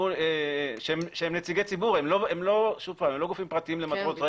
הם נציגי ציבור, הם לא גופים פרטיים למטרות רווח.